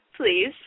please